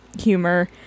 humor